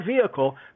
vehicle